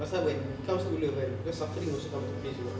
pasal when it comes to love kan cause suffering also come to place juga